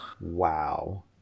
Wow